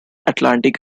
atlantic